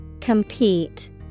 Compete